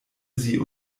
sie